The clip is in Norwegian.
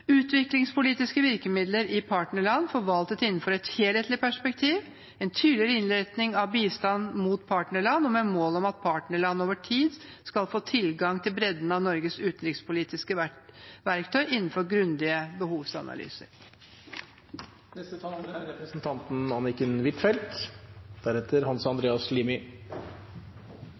utviklingspolitiske virkemidler i partnerland forvaltet innenfor et helhetlig perspektiv, en tydeligere innretning av bistand mot partnerland og med mål om at partnerland over tid skal få tilgang til bredden av Norges utenrikspolitiske verktøy, innenfor grundige behovsanalyser. Stortingsmeldinga om partnerland er